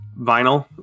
vinyl